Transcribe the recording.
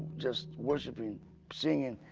just worshiping singing,